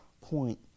point